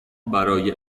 برای